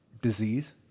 disease